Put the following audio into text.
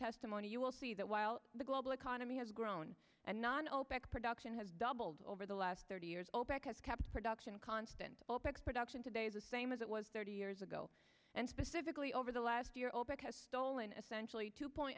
testimony you will see that while the global economy has grown and non opec production has doubled over the last thirty years opec has kept production constant opec's production today is the same as it was thirty years ago and specifically over the last year opec has stolen essentially two point